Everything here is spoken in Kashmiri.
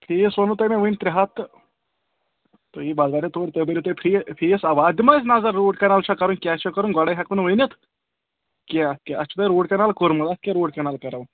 فیٖس ووٚنو تۄہہِ مےٚ وٕنی ترٛےٚ ہَتھ تہٕ تُہی بغٲرٕے تور تُہۍ بٔرِو تُہۍ فِرٛی فیٖس اَوا دِمہوس نظر روٗٹ کَنال کَرُن کیٛاہ چھا کَرُن گۄڈَے ہٮ۪کو نہٕ ؤنِتھ کینٛہہ تہِ اَتھ چھُ تۄہہِ روٗٹ کَنال کوٚرمُت کیٛاہ روٗٹ کَنال کَرو